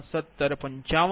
01755 p